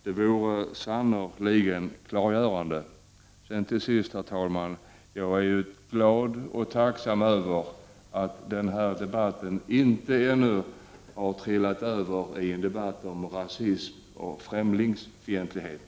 Det vore sannerligen klargörande! Till sist, herr talman: Jag är glad och tacksam över att den här debatten ännu inte har ”trillat över” till en debatt om rasism och främlingsfientlighet.